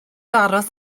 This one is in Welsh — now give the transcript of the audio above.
aros